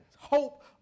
Hope